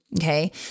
Okay